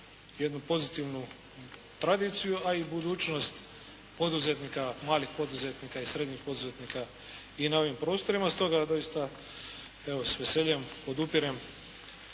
jednu pozitivnu tradiciju, a i budućnost malih i srednjih poduzetnika i na ovim prostorima. Stoga doista evo s veseljem podupirem